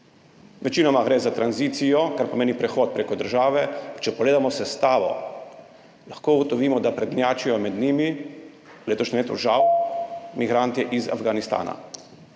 Večinoma gre za tranzicijo, kar pomeni prehod preko države. Če pogledamo sestavo, lahko ugotovimo, da prednjačijo med njimi v letošnjem letu žal migranti iz Afganistana.